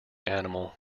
animal